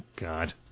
God